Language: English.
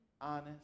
honest